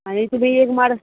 आनी तुमी एक माड